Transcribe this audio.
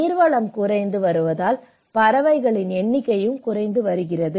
நீர்வளம் குறைந்து வருவதால் பறவைகளின் எண்ணிக்கை குறைந்து வருகிறது